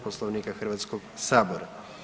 Poslovnika Hrvatskog sabora.